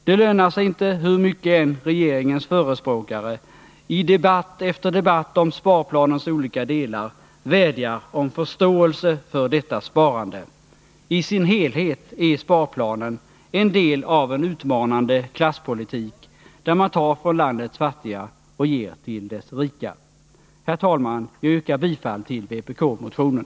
Det lönar sig inte hur mycket än regeringens förespråkare i debatt efter debatt om sparplanens olika delar vädjar om förståelse för detta sparande. I Besparingar i sin helhet är sparplanen en del av en utmanande klasspolitik, där man tar från landets fattiga och ger till dess rika. Herr talman! Jag yrkar bifall till vpk-motionen.